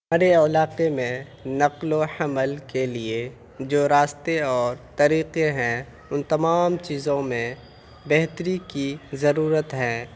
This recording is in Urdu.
علاقے میں نقل و حمل کے لیے جو راستے اور طریقے ہیں ان تمام چیزوں میں بہتری کی ضرورت ہے